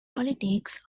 politics